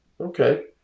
Okay